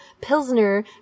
Pilsner